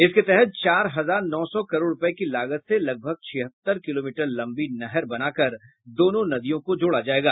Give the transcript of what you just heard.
इसके तहत चार हजार नौ सौ करोड़ रूपये की लागत से लगभग छिहत्तर किलोमीटर लम्बी नहर बनाकर दोनों नदियों को जोड़ा जायेगा